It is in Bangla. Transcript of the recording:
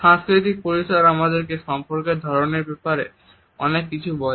সাংস্কৃতিক পরিসর আমাদেরকে সম্পর্কের ধরন এর ব্যাপারে অনেক কিছু বলে